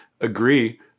agree